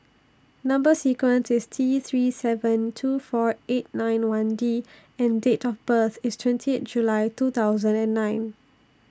Number sequence IS T three seven two four eight nine one D and Date of birth IS twenty eight July two thousand and nine